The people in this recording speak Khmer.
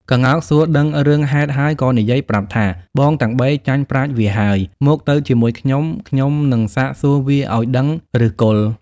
ក្ងោកសួរដឹងរឿងហេតុហើយ ក៏និយាយប្រាប់ថា៖ "បងទាំង៣ ចាញ់ប្រាជ្ញវាហើយ! មកទៅជាមួយខ្ញុំ ខ្ញុំនឹងសាកសួរវាឲ្យដឹងឫសគល់"។